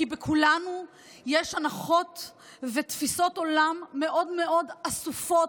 כי בכולנו יש הנחות ותפיסות עולם מאוד מאוד אסופות